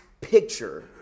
picture